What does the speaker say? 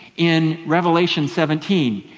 in revelation seventeen,